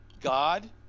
God